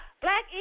Black